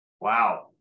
Wow